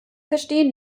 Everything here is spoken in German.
verstehen